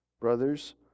brothers